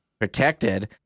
protected